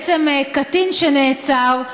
בעצם קטין שנעצר,